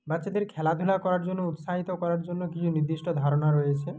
বাচ্চাদের খেলাধুলা করার জন্য উৎসাহিত করার জন্য কিছু নির্দিষ্ট ধারণা রয়েছে